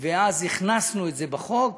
ואז הכנסנו את זה לחוק.